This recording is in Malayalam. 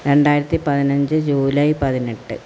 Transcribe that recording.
രണ്ടായിരത്തി പതിനഞ്ച് ജൂലൈ പതിനെട്ട്